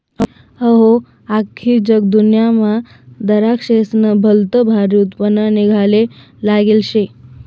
अहो, आख्खी जगदुन्यामा दराक्शेस्नं भलतं भारी उत्पन्न निंघाले लागेल शे